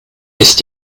ist